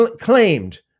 claimed